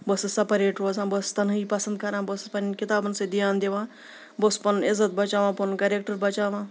بہ ٲسٕس سپریٹ روزان بہٕ ٲسٕس تَنہٲٮٔی پسنٛد کران بہٕ ٲسٕس پَنٕنٮ۪ن کِتابن سۭتۍ دھیان دِوان بہٕ اوسُس پَنُن عزت بَچاوان پَنُن کیریکٹر بَچاوان